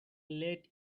let